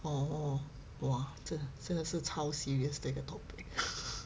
orh orh !wah! 真的真的是超 serious 的一个 topic